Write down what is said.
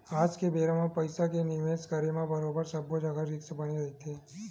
आज के बेरा म पइसा के निवेस करे म बरोबर सब्बो जघा रिस्क बने रहिथे